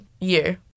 year